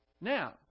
Now